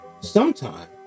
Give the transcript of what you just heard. sometime